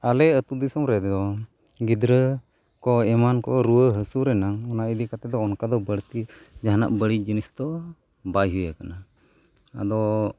ᱟᱞᱮ ᱟᱛᱳᱼᱫᱤᱥᱚᱢ ᱨᱮᱫᱚ ᱜᱤᱫᱽᱨᱟᱹ ᱠᱚ ᱮᱢᱟᱱ ᱠᱚ ᱨᱩᱣᱟᱹᱼᱦᱟᱹᱥᱩ ᱨᱮᱱᱟᱜ ᱱᱚᱣᱟ ᱤᱫᱤ ᱠᱟᱛᱮᱫ ᱫᱚ ᱚᱱᱠᱟ ᱫᱚ ᱵᱟᱹᱲᱛᱤ ᱡᱟᱦᱟᱱᱟᱜ ᱵᱟᱹᱲᱤᱡ ᱡᱤᱱᱤᱥ ᱫᱚ ᱵᱟᱭ ᱦᱩᱭ ᱟᱠᱟᱱᱟ ᱟᱫᱚ